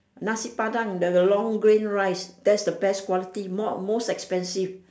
nasi-padang the long grain rice that's the best quality more most expensive